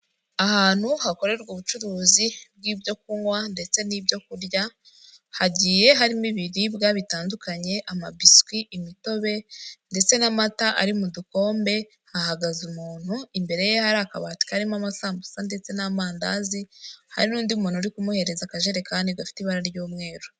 Ahantu hakorerwa ubucuruzi bw'ibyo kunywa ndetse n'ibyo kurya, hagiye harimo ibiribwa bitandukanye amabisi, imitobe ndetse n'amata ari mu dukombe, hahagaze umuntu imbere ye hari akabati karimo amasambusa ndetse n'amandazi, hari n'undi muntu uri kumuhereza akajerekani gafite ibara ry'umweru.